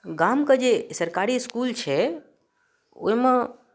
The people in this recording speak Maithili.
गामके जे सरकारी इस्कुल छै ओहिमे